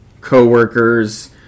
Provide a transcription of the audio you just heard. coworkers